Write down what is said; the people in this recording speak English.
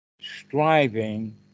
striving